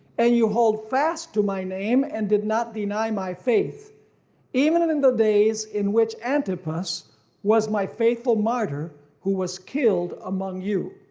and you hold fast to my name, and did not deny my faith even and in the days in which antipas was my faithful martyr, who was killed among you,